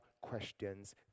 questions